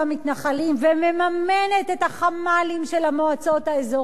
המתנחלים ומממנת את החמ"לים של המועצות האזוריות,